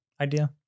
idea